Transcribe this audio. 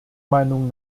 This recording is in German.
meinung